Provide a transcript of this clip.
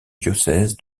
diocèse